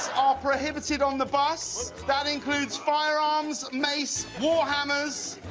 ah prohibited on the bus, including firearms, mace, war hammers